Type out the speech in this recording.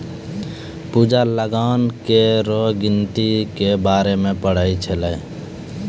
पूजा लगान केरो गिनती के बारे मे पढ़ै छलै